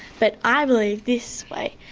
but i believe this way.